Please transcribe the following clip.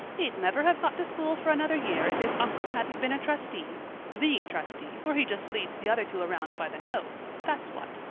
he'd never have got the school for another year if his uncle hadn't been a trustee the trustee, for he just leads the other two around by the nose, that's what.